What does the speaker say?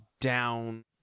down